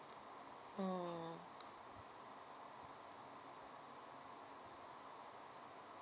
um